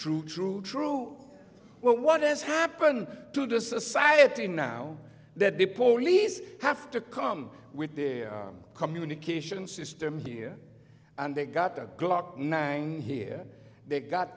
true true true well what has happened to the society now that the polies have to come with their communication system here and they've got a glock nine here they've got